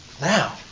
now